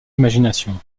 imagination